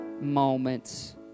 moments